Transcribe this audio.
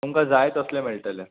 तुमकां जाय तसलें मेळटलें